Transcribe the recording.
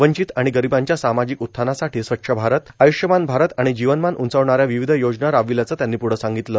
वंचित आणि गरिबांच्या सामाजिक उत्थानासाठी स्वच्छ भारत आयुष्यमान भारत आणि जीवनमान उंचावणाऱ्या विविध योजना राबविल्याचं त्यांनी प्रढं सांगितलं